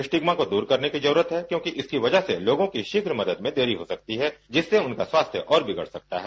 stigma की दूर करने की जरूरत है क्योंकि इसकी वजह से लोगों की शीघ मदद में देरी हो सकती है जिससे उनका स्वास्थ्य और बिगड़े सकता है